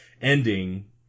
ending